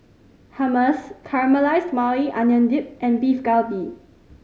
Hummus Caramelized Maui Onion Dip and Beef Galbi